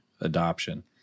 adoption